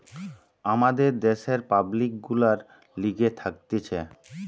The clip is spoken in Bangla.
আমাদের দ্যাশের পাবলিক গুলার লিগে থাকতিছে